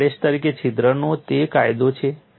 crack arrester તરીકે છિદ્રનો તે ફાયદો છે